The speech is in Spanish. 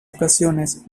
ocasiones